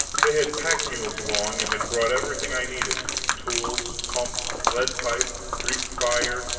they had pack-mules along, and had brought everything i needed tools, pump, lead pipe, greek fire,